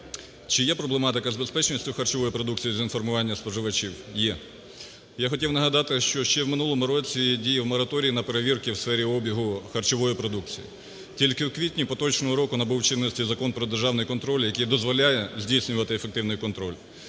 Чи є проблематика з безпечністю харчової продукції з інформування споживачів? Є. Я хотів нагадати, що ще у минулому році діяв мораторій на перевірки у сфері обігу харчової продукції. Тільки у квітні поточного року набув чинності Закон про державний контроль, який дозволяє здійснювати ефективний контроль.